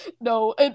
No